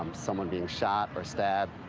um someone being shot, or stabbed.